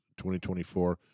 2024